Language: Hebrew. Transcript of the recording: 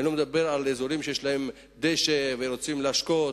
אני לא מדבר על אזורים שיש בהם דשא ורוצים להשקות.